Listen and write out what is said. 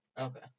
okay